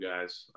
guys